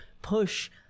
push